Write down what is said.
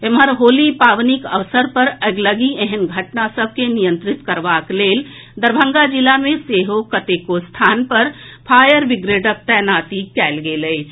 एम्हर होली पावनिक अवसर पर अगलगी एहेन घटना सभ के नियंत्रित करबाक लेल दरभंगा जिला मे सेहो कतेको स्थल पर फायर बिग्रेडक तैनाती कयल गेल अछि